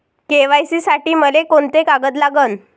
KYC साठी मले कोंते कागद लागन?